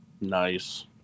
nice